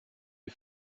est